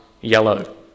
yellow